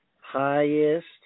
Highest